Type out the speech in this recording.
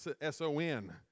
S-O-N